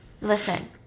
Listen